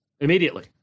immediately